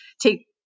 take